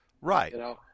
Right